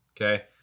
Okay